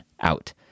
out